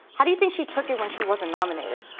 how do you think she took it when she wasn't nominated?